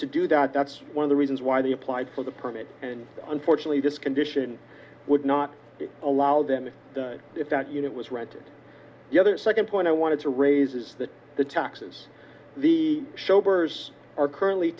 to do that that's one of the reasons why they applied for the permit and unfortunately this condition would not allow them if that unit was rented the other second point i wanted to raise is that the taxes the shoppers are currently